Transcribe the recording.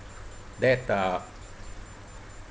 that uh